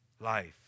life